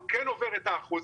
הוא כן עובר את האחוז.